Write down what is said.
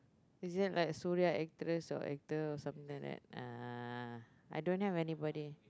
is it like a Suria actress or actor or something like that uh I don't have anybody